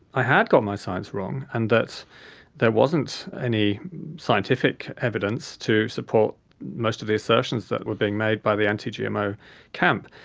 i had got my science wrong and that there wasn't any scientific evidence to support most of the assertions that were being made by the anti-gmo camp.